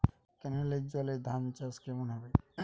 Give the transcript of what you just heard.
কেনেলের জলে ধানচাষ কেমন হবে?